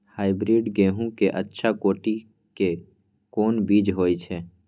Hybrid गेहूं के अच्छा कोटि के कोन बीज होय छै?